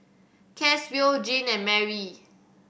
Caswell Gene and Marry